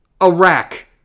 Iraq